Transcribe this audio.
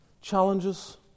challenges